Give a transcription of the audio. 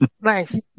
nice